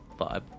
vibe